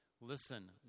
listen